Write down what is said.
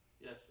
Yes